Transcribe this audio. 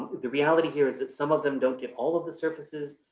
the reality here is that some of them don't get all of the surfaces.